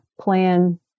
plan